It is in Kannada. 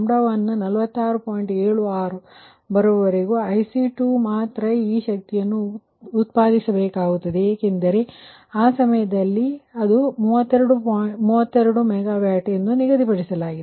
76 ಕ್ಕೆ ಬರುವವರೆಗೆ ಈ IC2 ಮಾತ್ರ ಈ ಶಕ್ತಿಯನ್ನು ಉತ್ಪಾದಿಸಬೇಕಾಗುತ್ತದೆ ಏಕೆಂದರೆ ಇದನ್ನು ಆ ಸಮಯದಲ್ಲಿ32 MW ಎಂದು ನಿಗದಿಪಡಿಸಲಾಗಿದೆ